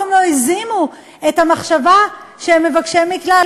אף פעם לא הזימו את המחשבה שהם מבקשי מקלט.